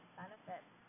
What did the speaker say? benefits